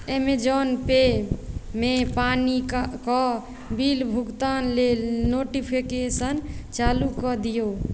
Amazon पेमे पानी कऽ बिल भुगतान लेल नोटिफिकेशन चालू कऽ दियौ